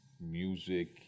music